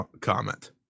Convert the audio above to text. comment